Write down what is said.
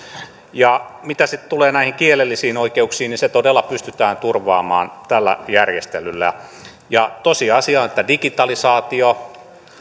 mitä sitten tulee näihin kielellisiin oikeuksiin niin se todella pystytään turvaamaan tällä järjestelyllä tosiasia on että digitalisaatio